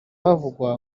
havugwa